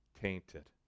tainted